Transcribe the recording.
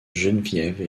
geneviève